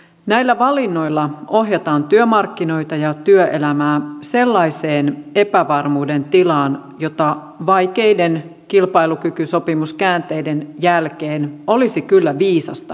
näillä valinnoilla ohjataan työmarkkinoita ja työelämää sellaiseen epävarmuuden tilaan jota vaikeiden kilpailukykysopimuskäänteiden jälkeen olisi kyllä viisasta välttää